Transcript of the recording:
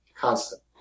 Constant